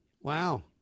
Wow